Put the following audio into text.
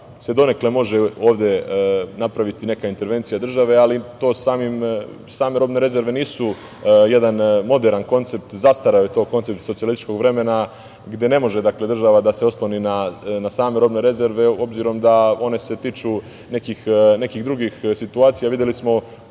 se donekle može napraviti neka intervencija države, ali to same robne rezerve nisu jedan moderan koncept. Zastareo je to koncept, socijalističkog vremena, gde ne može država da se osloni na same robne rezerve, obzirom da one se tiču nekih drugih situacija. Videli smo